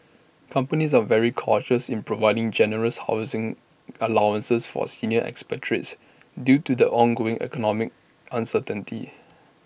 companies are very cautious in providing generous housing allowances for senior expatriates due to the ongoing economic uncertainty